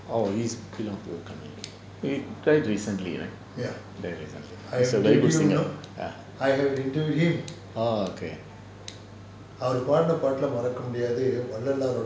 oh he he died recently right died recently he is a very good singer ah orh okay